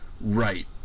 Right